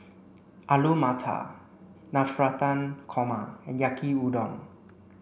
Alu Matar Navratan Korma and Yaki udon